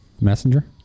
Messenger